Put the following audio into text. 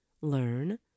learn